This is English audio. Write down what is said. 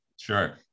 Sure